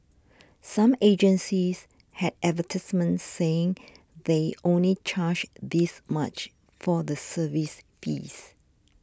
some agencies had advertisements saying they only charge this much for the service fees